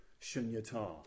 Shunyata